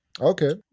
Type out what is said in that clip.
Okay